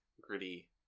gritty